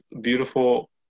beautiful